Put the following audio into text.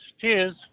cheers